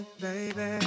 Baby